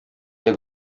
iya